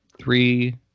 three